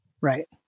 Right